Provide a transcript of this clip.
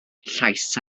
llaes